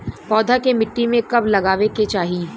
पौधा के मिट्टी में कब लगावे के चाहि?